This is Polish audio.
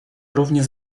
równie